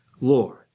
Lord